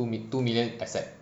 two million asset